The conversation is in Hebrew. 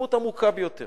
התרשמות עמוקה ביותר